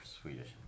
Swedish